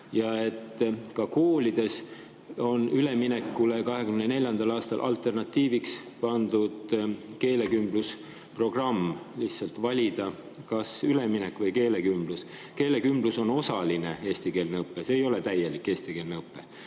aastal toimuva ülemineku alternatiiviks pandud keelekümblusprogramm, saab lihtsalt valida, kas üleminek või keelekümblus. Keelekümblus on osaline eestikeelne õpe, see ei ole täielik eestikeelne õpe.